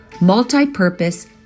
multi-purpose